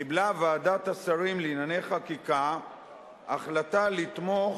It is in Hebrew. קיבלה ועדת השרים לענייני חקיקה החלטה לתמוך